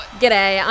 G'day